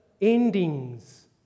endings